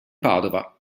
padova